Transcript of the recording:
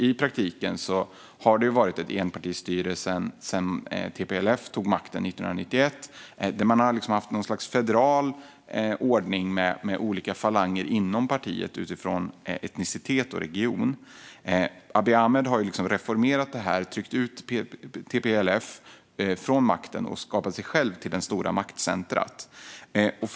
I praktiken har det varit ett enpartistyre sedan TPLF tog makten 1991. Man har haft ett slags federal ordning med olika falanger inom partiet utifrån etnicitet och region. Abiy Ahmed har reformerat detta. Han har tryckt ut TPLF från makten och gjort sig själv till det stora maktcentrumet.